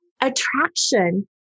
attraction